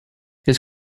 his